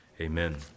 Amen